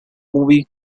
movie